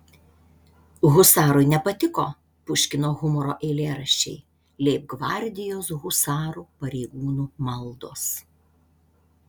husarui nepatiko puškino humoro eilėraščiai leibgvardijos husarų pareigūnų maldos